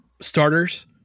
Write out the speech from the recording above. starters